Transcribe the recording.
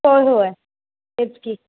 हो होय हेच की